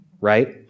right